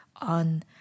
on